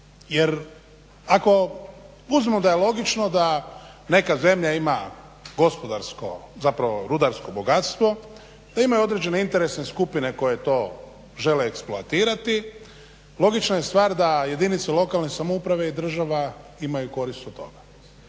Jer ako uzmimo da je logično da neka zemlja ima gospodarsko, zapravo rudarsko bogatstvo, da imaju određene interesne skupine koje to žele eksploatirati logična je stvar da jedinice lokalne samouprave i država imaju korist od toga.